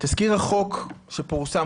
תסקיר החוק שפורסם,